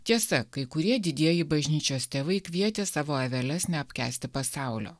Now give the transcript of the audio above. tiesa kai kurie didieji bažnyčios tėvai kvietė savo aveles neapkęsti pasaulio